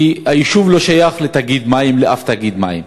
כי היישוב לא שייך לאף תאגיד מים,